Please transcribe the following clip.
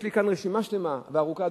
יש לי כאן רשימה שלמה וארוכה,